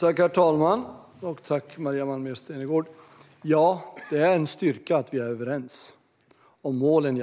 Herr talman! Jag tackar Maria Malmer Stenergard. Ja, det är en styrka att vi är överens om målen. Det